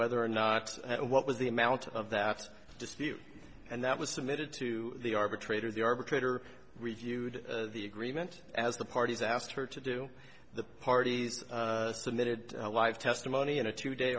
whether or not and what was the amount of that dispute and that was submitted to the arbitrator the arbitrator reviewed the agreement as the parties asked her to do the parties submitted a live testimony and a two day